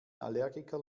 allergiker